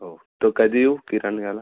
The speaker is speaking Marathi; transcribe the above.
हो तो कधी येऊ किराणा घ्यायला